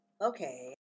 Okay